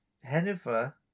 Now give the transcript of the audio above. hennifer